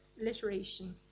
alliteration